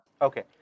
Okay